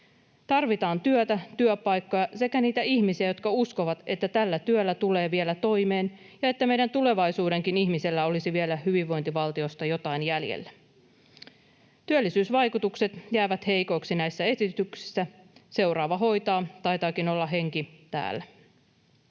Tarvitaan työtä, työpaikkoja sekä niitä ihmisiä, jotka uskovat, että työllä tulee vielä toimeen ja että meidän tulevaisuudenkin ihmisillä olisi vielä hyvinvointivaltiosta jotain jäljellä. Työllisyysvaikutukset jäävät heikoiksi näissä esityksissä. ”Seuraava hoitaa” taitaakin olla henki täällä.